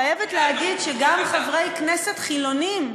אני חייבת להגיד שגם חברי כנסת חילונים,